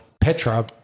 Petra